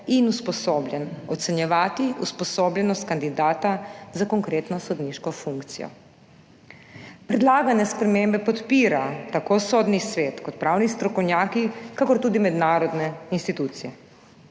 in usposobljen ocenjevati usposobljenost kandidata za konkretno sodniško funkcijo. Predlagane spremembe podpirajo tako Sodni svet kot pravni strokovnjaki, kakor tudi mednarodne institucije.